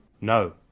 No